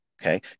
Okay